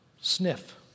sniff